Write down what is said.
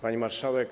Pani Marszałek!